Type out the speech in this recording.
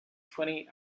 twenty